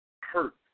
hurt